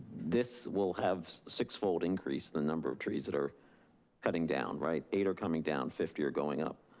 this will have sixfold increase the number of trees that are coming down, right, eight are coming down. fifty are going up.